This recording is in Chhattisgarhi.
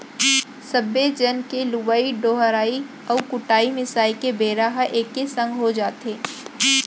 सब्बे झन के लुवई डोहराई अउ कुटई मिसाई के बेरा ह एके संग हो जाथे